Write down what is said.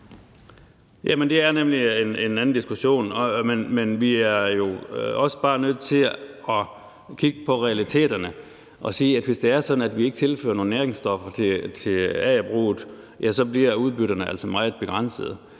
det er nemlig en anden diskussion. Men vi er jo også bare nødt til at kigge på realiteterne og sige, at hvis det er sådan, at vi ikke tilfører nogen næringsstoffer til agerbruget, så bliver udbytterne altså meget begrænsede.